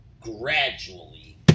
gradually